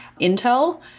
intel